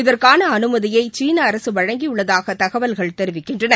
இதற்கான அனுமதியை சீன அரசு வழங்கியுள்ளதாக தகவல்கள் தெரிவிக்கின்றன